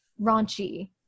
raunchy